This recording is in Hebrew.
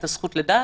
את הזכות לדת,